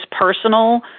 personal